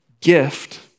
gift